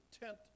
tent